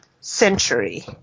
century